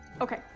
Okay